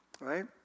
right